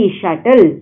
shuttle